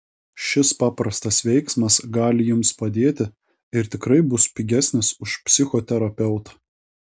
šis paprastas veiksmas gali jums padėti ir tikrai bus pigesnis už psichoterapeutą